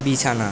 বিছানা